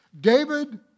David